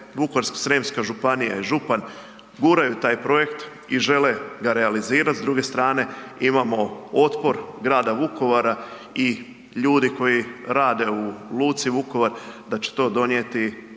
Vukovarsko-srijemska županije i župan guraju taj projekt i žele ga realizirati, s druge strane imamo otpor grada Vukovara i ljudi koji rade u luci Vukovar da će to donijeti